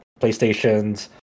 PlayStation's